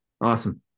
Awesome